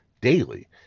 daily